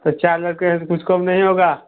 तो चार लड़के हैं तो कुछ कम नहीं होगा